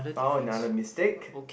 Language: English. found another mistake